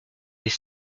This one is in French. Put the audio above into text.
les